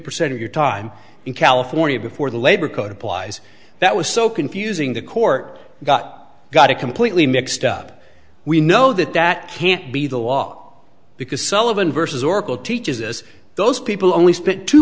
percent of your time in california before the labor code applies that was so confusing the court got got it completely mixed up we know that that can't be the law because sullivan versus oracle teaches us those people only spent two